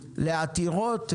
לעתירות,